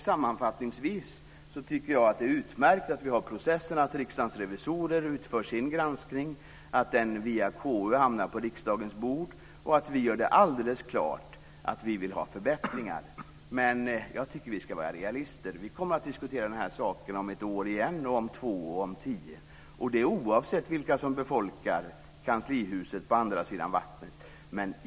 Sammanfattningsvis tycker jag att det är utmärkt att vi har processen att Riksdagens revisorer utför sin granskning, att den via konstitutionsutskottet hamnar på riksdagens bord och att vi gör det alldeles klart att vi vill ha förbättringar. Men jag tycker att vi ska vara realister. Vi kommer att diskutera den här saken om ett år igen, om två och om tio år, och det gäller oavsett vilka som befolkar kanslihuset på andra sidan vattnet.